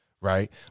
Right